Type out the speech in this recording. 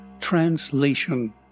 TRANSLATION